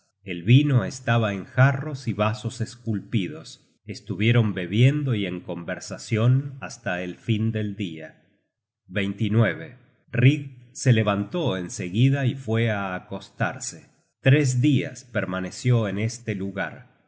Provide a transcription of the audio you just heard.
el vino estaba en jarros y vasos esculpidos estuvieron bebiendo y en conversacion hasta el fin del dia rig se levantó en seguida y fue á acostarse tres dias permaneció en este lugar